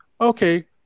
okay